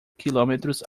quilômetros